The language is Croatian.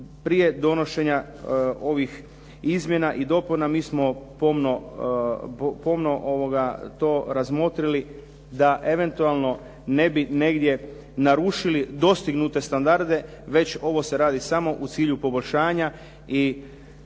Prije donošenja ovih izmjena i dopuna mi smo pomno to razmotrili da eventualno ne bi negdje narušili dostignute standarde već ovo se radi samo u cilju poboljšanja i smatram